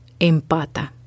empata